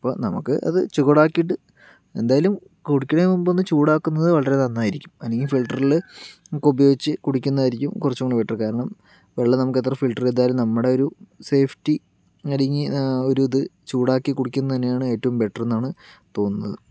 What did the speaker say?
ഇപ്പോൾ നമ്മുക്ക് അത് ചൂടാക്കിയിട്ട് എന്തായാലും കുടിക്കണേന് മുമ്പൊന്ന് ചൂടാക്കുന്നത് വളരെ നന്നായിരിക്കും അല്ലെങ്കി ഫില്ട്ടറില് നമ്മക്ക് ഉപയോഗിച്ച് കുടിക്കുന്ന ആയിരിക്കും കുറച്ചും കൂടെ ബെറ്ററ് കാരണം വെള്ളം നമ്മക്കെത്ര ഫില്ട്ടറ് ചെയ്താലും നമ്മടെ ഒരു സേഫ്റ്റി ഞ്ഞാല് ഇനി ഒരു ഇത് ചൂടാക്കി കുടിക്കുന്ന തന്നെയാണ് ഏറ്റവും ബെറ്ററ്ന്നാണ് തോന്നുന്നത്